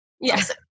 Yes